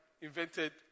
invented